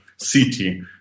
City